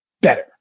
better